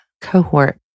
cohort